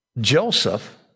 Joseph